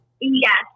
Yes